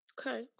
Okay